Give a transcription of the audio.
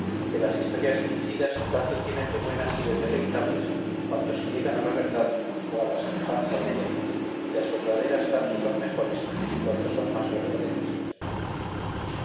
que las historias fingidas tanto tienen de buenas y de deleitables cuanto se llegan a la verdad o la semejanza della y las verdaderas tanto son mejores cuanto son más verdaderas